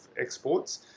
exports